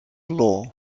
law